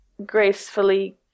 gracefully